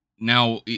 Now